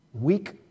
weak